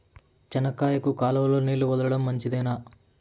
చెనక్కాయకు కాలువలో నీళ్లు వదలడం మంచిదేనా?